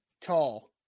tall